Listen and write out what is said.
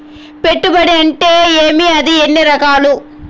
పెట్టుబడి అంటే ఏమి అది ఎన్ని రకాలు